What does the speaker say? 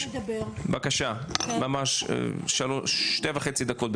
בבקשה ממש שלוש דקות.